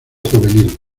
juvenil